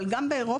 אבל גם באירופה,